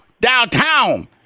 downtown